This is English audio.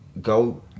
go